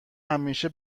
همیشه